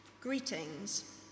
Greetings